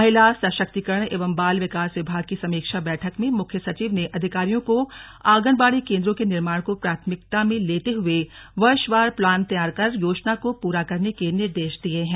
महिला सशक्तिकरण एवं बाल विकास विभाग की समीक्षा बैठक में मुख्य सचिव ने अधिकारियों को आंगनबाड़ी केन्द्रों के निर्माण को प्राथमिकता में लेते हुए वर्षवार प्लान तैयार कर योजना को पूरा करने के निर्देश दिये हैं